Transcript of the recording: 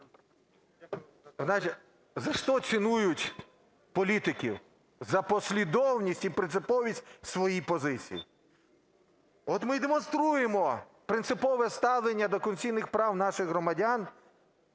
За що цінують політиків? За послідовність і принциповість свій позиції. От ми й демонструємо принципове ставлення до конституційних прав наших громадян.